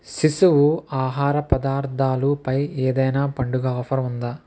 శిశువు ఆహార పదార్థాలు పై ఏదైనా పండుగ ఆఫర్ ఉందా